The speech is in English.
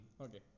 Okay